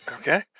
okay